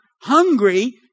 hungry